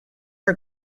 her